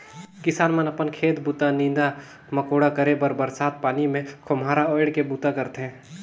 किसान मन अपन खेत बूता, नीदा मकोड़ा करे बर बरसत पानी मे खोम्हरा ओएढ़ के बूता करथे